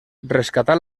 rescatar